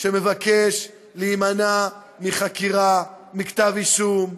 שמבקש להימנע מחקירה, מכתב אישום,